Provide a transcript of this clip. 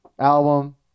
album